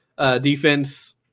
defense